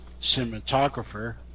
cinematographer